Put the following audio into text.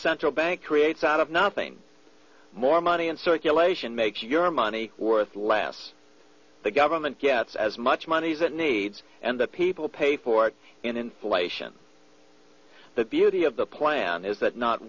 central bank creates out of nothing more money in circulation makes your money worth less the government gets as much money as it needs and the people pay for inflation the beauty of the plan is that not